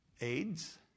AIDS